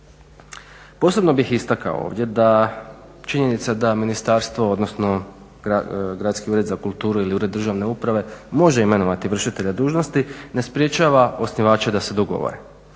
Posebno bih istakao ovdje da, činjenica da ministarstvo, odnosno Gradski ured za kulturu ili Ured državne uprave može imenovati vršitelja dužnosti, ne sprječava osnivače da se dogovore.